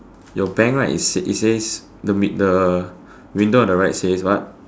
your bank right it it says the mid the window on the right says what